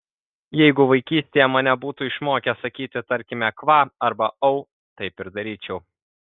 jeigu vaikystėje mane būtų išmokę sakyti tarkime kva arba au taip ir daryčiau